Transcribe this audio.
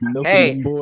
hey